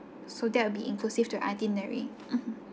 so that will be inclusive to itinerary mmhmm